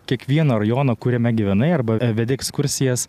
kiekvieno rajono kuriame gyvenai arba vedi ekskursijas